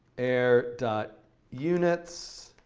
air units,